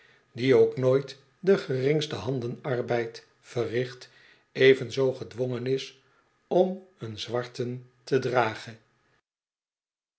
die ook nooit den geringsten handenarbeid verricht evenzoo gedwongen is om een zwarten te dragen